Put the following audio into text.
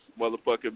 motherfucking